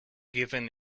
given